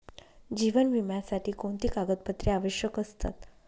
जीवन विम्यासाठी कोणती कागदपत्रे आवश्यक असतात?